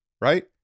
right